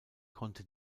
konnte